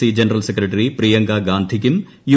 C general secretary Priyanka ഗാന്ധിക്കും U